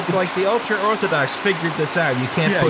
like, the ultra-orthodox figured this out, you can't push